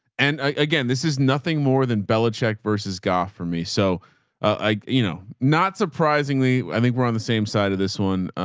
and again, this is nothing more than belicheck versus golf for me. so i, you know, not surprisingly, i think we're on the same side of this one.